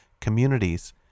communities